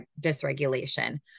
dysregulation